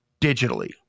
digitally